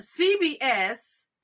CBS